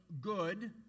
good